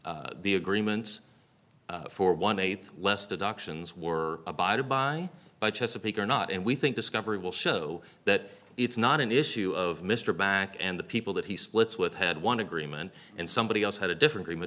whether the agreements for one eighth less deductions were abided by by chesapeake or not and we think discovery will show that it's not an issue of mr back and the people that he splits with had one agreement and somebody else had a different